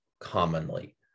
commonly